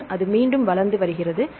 பின்னர் அது மீண்டும் வளர்ந்து வருகிறது